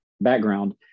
background